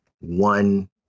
one